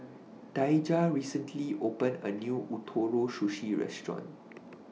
Daija recently opened A New Ootoro Sushi Restaurant